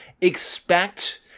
expect